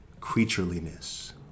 creatureliness